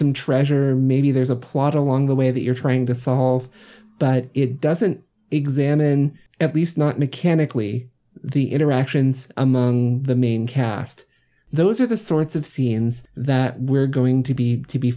some treasure or maybe there's a plot along the way that you're trying to solve but it doesn't examine at least not mechanically the interactions among the main cast those are the sorts of scenes that we're going to be to be